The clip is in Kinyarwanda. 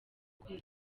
kwiga